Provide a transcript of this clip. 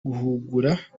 guhugura